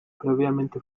previamente